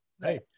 right